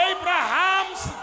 Abraham's